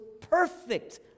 perfect